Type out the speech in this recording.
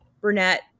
Burnett